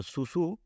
Susu